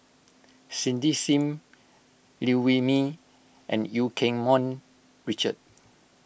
Cindy Sim Liew Wee Mee and Eu Keng Mun Richard